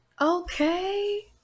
Okay